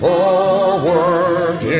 Forward